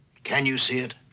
can you see it?